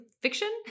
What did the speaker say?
fiction